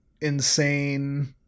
insane